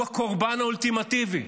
הוא הקורבן האולטימטיבי.